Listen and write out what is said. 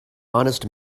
honest